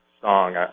song